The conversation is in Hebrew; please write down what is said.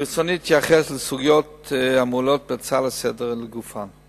ברצוני להתייחס לסוגיות המועלות בהצעה לסדר-היום לגופן: